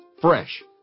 Fresh